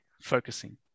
focusing